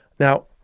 Now